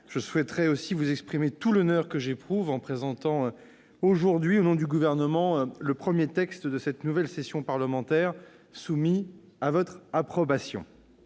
Je souhaite aussi vous exprimer tout l'honneur que j'éprouve en présentant aujourd'hui, au nom du Gouvernement, le premier texte de cette nouvelle session parlementaire soumis à votre approbation.